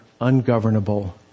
ungovernable